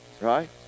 Right